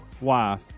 wife